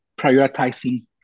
prioritizing